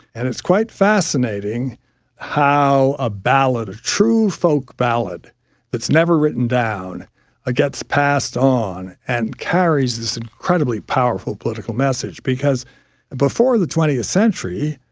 and it's quite fascinating how ah a true folk ballad that is never written down ah gets passed on and carries this incredibly powerful political message because before the twentieth century,